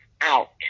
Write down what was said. out